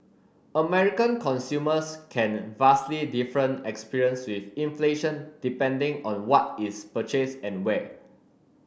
American consumers can vastly different experience with inflation depending on what is purchased and where